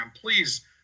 Please